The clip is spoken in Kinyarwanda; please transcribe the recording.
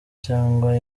cyangwa